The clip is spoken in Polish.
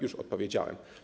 Już odpowiedziałem.